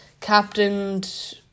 captained